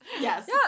Yes